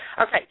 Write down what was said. Okay